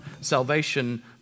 salvation